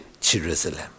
Jerusalem